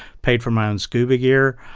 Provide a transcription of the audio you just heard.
paid for my own scuba gear.